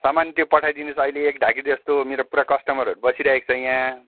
सामान त्यो पठाइदिनुहोस् अहिले एक ढाकी जस्तो मेरो पुरा कस्टमरहरू बसिरहेको छ यहाँ